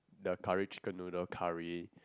the curry chicken noodle curry